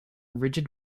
rigid